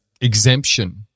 exemption